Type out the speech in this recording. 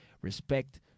Respect